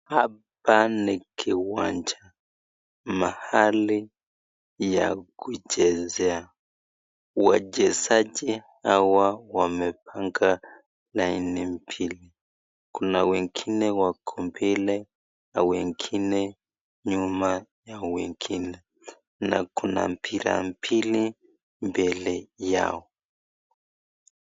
Hapa ni kiwanja, mahali ya kuchezea. Wachezaji hawa wamepanga laini mbili. Kuna wengine wako mbele na wengine nyuma ya wengine. Na kuna mpira mbili mbele yao.